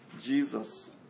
jesus